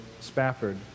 Spafford